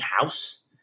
house